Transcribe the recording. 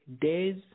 days